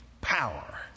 power